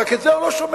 רק את זה הוא לא שומע,